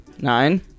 Nine